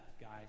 guys